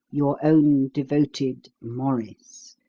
your own devoted, maurice.